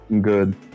Good